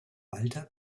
walter